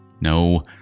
No